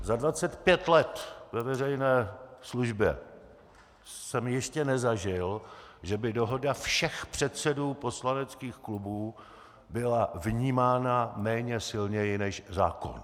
Za 25 let ve veřejné službě jsem ještě nezažil, že by dohoda všech předsedů poslaneckých klubů byla vnímána méně silně než zákon.